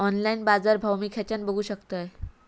Online बाजारभाव मी खेच्यान बघू शकतय?